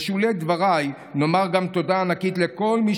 בשולי דבריי נאמר גם תודה ענקית לכל מי